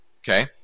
Okay